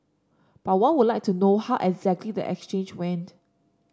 but one would like to know how exactly the exchange went